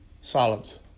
silence